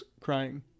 crying